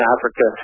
Africa